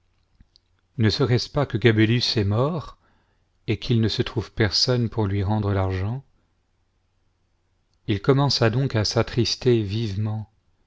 ne serait-ce pas que gabélus est mort et qu'il ne se trouve personne pour lui rendre l'argent il commença donc à s'attrister vivement